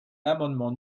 l’amendement